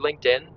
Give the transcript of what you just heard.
linkedin